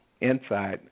inside